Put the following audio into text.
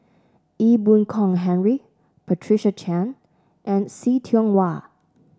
Ee Boon Kong Henry Patricia Chan and See Tiong Wah